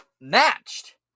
Matched